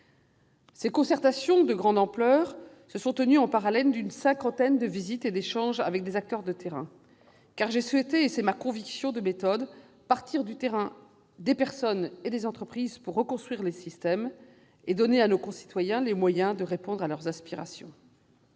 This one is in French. Ces concertations de grande ampleur se sont tenues parallèlement à une cinquantaine de visites et d'échanges avec des acteurs de terrain. En effet, j'ai souhaité partir du terrain, des personnes et des entreprises pour reconstruire les systèmes et donner à nos concitoyens les moyens de réaliser leurs aspirations